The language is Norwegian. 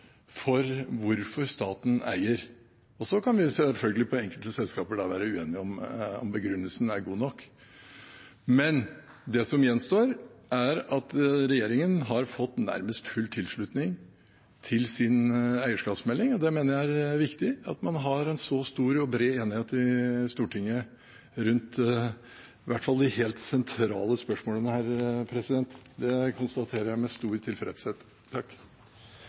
for hvorfor staten eier. Så kan vi selvfølgelig, når det gjelder enkelte selskaper, være uenige om hvorvidt begrunnelsen er god nok. Men det som gjenstår, er at regjeringen har fått nærmest full tilslutning til sin eierskapsmelding, og det mener jeg er viktig. At man har en så stor og bred enighet i Stortinget rundt i hvert fall de helt sentrale spørsmålene her, konstaterer jeg med stor tilfredshet.